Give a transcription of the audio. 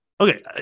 Okay